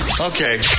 okay